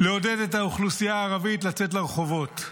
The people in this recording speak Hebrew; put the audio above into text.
לעודד את האוכלוסייה הערבית לצאת לרחובות.